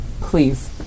Please